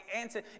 answer